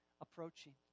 approaching